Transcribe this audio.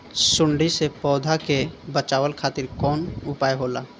सुंडी से पौधा के बचावल खातिर कौन उपाय होला?